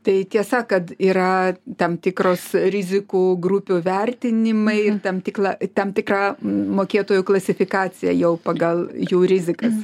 tai tiesa kad yra tam tikros rizikų grupių vertinimai ir tam tikla tam tikra mokėtojų klasifikacija jau pagal jų rizikas